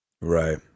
Right